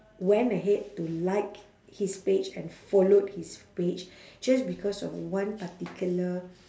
went ahead to like his page and followed his page just because of one particular